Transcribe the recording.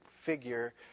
figure